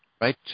right